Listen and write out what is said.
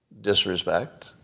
Disrespect